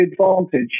advantage